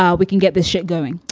um we can get this shit going.